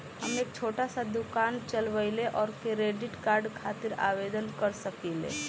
हम एक छोटा दुकान चलवइले और क्रेडिट कार्ड खातिर आवेदन कर सकिले?